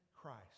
Christ